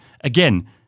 again